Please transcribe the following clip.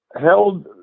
held